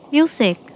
Music